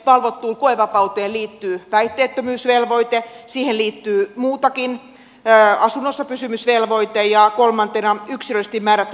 valvottuun koevapauteen liittyy päihteettömyysvelvoite siihen liittyy muutakin asunnossapysymisvelvoite ja kolmantena yksilöllisesti määrätty toimintavelvoite